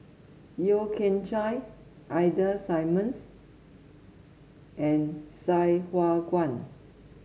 Yeo Kian Chye Ida Simmons and Sai Hua Kuan